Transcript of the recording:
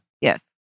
Yes